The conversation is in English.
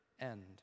end